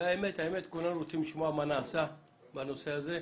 האמת היא שכולם רוצים לשמוע מה נעשה בנושא הזה.